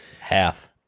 Half